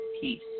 peace